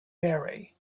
marry